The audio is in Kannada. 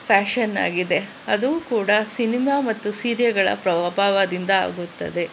ಫ್ಯಾಷನ್ನಾಗಿದೆ ಅದು ಕೂಡ ಸಿನಿಮಾ ಮತ್ತು ಸೀರಿಯಲ್ಗಳ ಪ್ರಭಾವದಿಂದ ಆಗುತ್ತದೆ